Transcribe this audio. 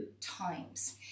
times